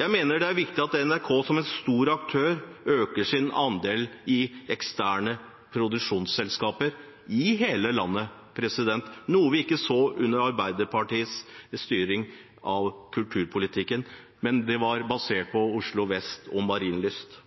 Jeg mener det er viktig at NRK som en stor aktør øker sin andel i eksterne produksjonsselskaper i hele landet, noe vi ikke så under Arbeiderpartiets styring av kulturpolitikken. Den var basert på Oslo vest og Marienlyst.